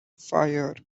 fire